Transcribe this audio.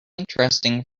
interesting